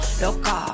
Loca